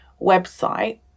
website